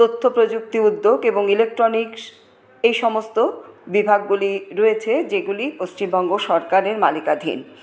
তথ্য প্রযুক্তি উদ্যোগ এবং ইলেকট্রনিক্স এইসমস্ত বিভাগগুলি রয়েছে যেগুলি পশ্চিমবঙ্গ সরকারের মালিকানাধীন